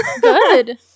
Good